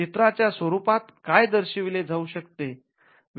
चित्राच्या स्वरुपात काय दर्शविले जाऊ शकते